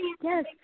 Yes